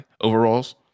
overalls